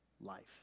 life